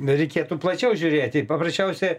nereikėtų plačiau žiūrėti paprasčiausiai